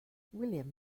william